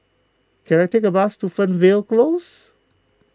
can I take a bus to Fernvale Close